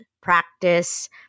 practice